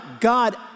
God